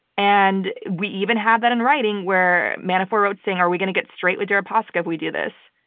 and we even have that in writing, where manafort wrote, saying, are we going to get straight with deripaska if we do this?